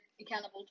accountable